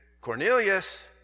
Cornelius